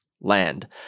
land